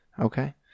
Okay